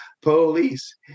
police